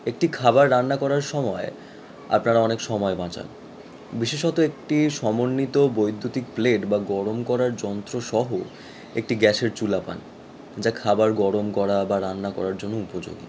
একটি খাবার রান্না করার সময় আপনারা অনেক সময় বাঁচান বিশেষত একটি সমন্বিত বৈদ্যুতিক প্লেট বা গরম করার যন্ত্রসহ একটি গ্যাসের চুল্লি পান যা খাবার গরম করা বা রান্না করার জন্য উপযোগী